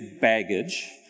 baggage